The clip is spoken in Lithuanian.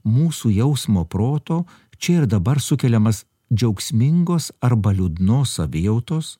mūsų jausmo proto čia ir dabar sukeliamas džiaugsmingos arba liūdnos savijautos